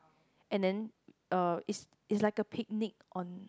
and then uh it's it's like a picnic on